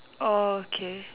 orh okay